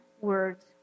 words